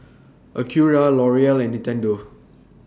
Acura L'Oreal and Nintendo